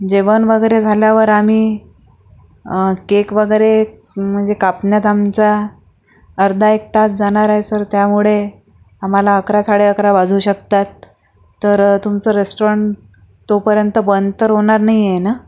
जेवण वगैरे झाल्यावर आम्ही केक वगैरे म्हणजे कापण्यात आमचा अर्धा एक तास जाणार आहे सर त्यामुळे आम्हाला अकरा साडे अकरा वाजू शकतात तर तुमचं रेस्टाॅरंट तोपर्यंत बंद तर होणार नाही आहे ना